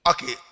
Okay